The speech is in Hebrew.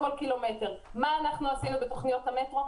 מה אנחנו עשינו בתוכניות המטרו?